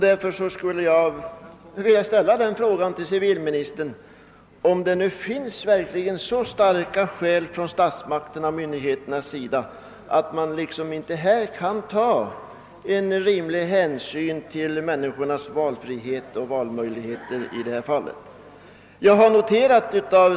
Därför skulle jag vilja fråga civilministern om det nu föreligger så starka skäl för statsmakterna och myndigheterna att man här inte kan ta rimliga hänsyn till människors valfrihet i detta fall.